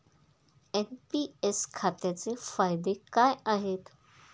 NPS खात्याचे फायदे काय आहेत?